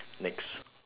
next